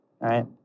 right